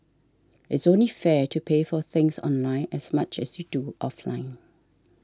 it's only fair to pay for things online as much as you do offline